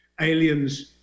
aliens